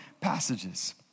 passages